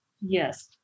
Yes